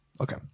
Okay